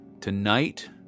tonight